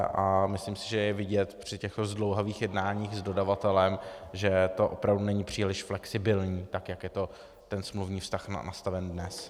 A myslím si, že je vidět při těchto zdlouhavých jednáních s dodavatelem, že to opravdu není příliš flexibilní, tak jak je ten smluvní vztah nastaven dnes.